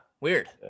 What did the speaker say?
Weird